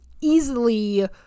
easily